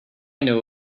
know